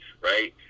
right